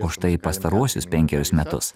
o štai pastaruosius penkerius metus